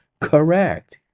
correct